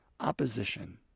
opposition